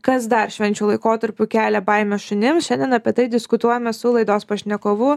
kas dar švenčių laikotarpiu kelia baimę šunims šiandien apie tai diskutuojame su laidos pašnekovu